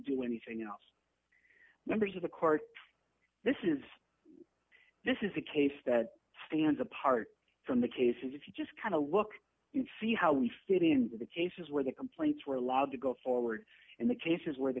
do anything else members of the court this is this is a case that stands apart from the cases if you just kind of look in see how we fit into the cases where the complaints were allowed to go forward and the cases where the